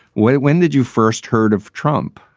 when when did you first heard of trump?